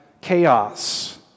chaos